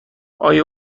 آیا